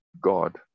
God